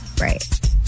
Right